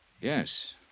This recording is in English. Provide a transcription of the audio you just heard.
Yes